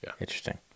Interesting